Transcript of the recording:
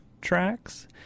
tracks